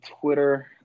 Twitter